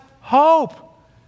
hope